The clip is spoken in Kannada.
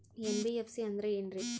ಎನ್.ಬಿ.ಎಫ್.ಸಿ ಅಂದ್ರ ಏನ್ರೀ?